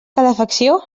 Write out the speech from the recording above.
calefacció